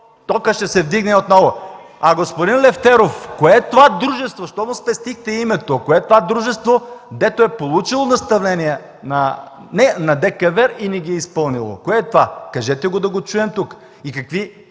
токът ще се вдигне отново? Господин Лефтеров, кое е това дружество, защо му спестихте името? Кое е това дружество, дето е получило наставления на ДКЕВР и не ги е изпълнило? Кажете да го чуем тук! Какви